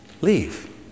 leave